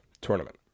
tournament